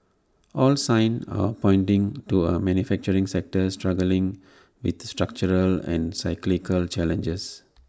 all signs are pointing to A manufacturing sector struggling with structural and cyclical challenges